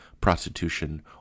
prostitution